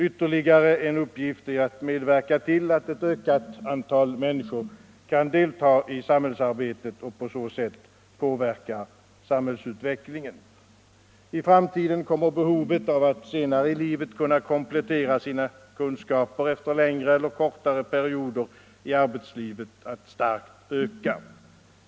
Ytterligare en uppgift är att medverka till att ett ökat antal människor kan delta i samhällsarbetet och på så sätt påverka samhällsutvecklingen. I framtiden kommer behovet av att senare i livet kunna komplettera sina kunskaper efter längre eller kortare perioder i arbetslivet att starkt öka.